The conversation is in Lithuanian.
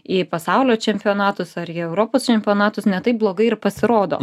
į pasaulio čempionatus ar į europos čempionatus ne taip blogai ir pasirodo